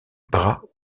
bras